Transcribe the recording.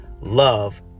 love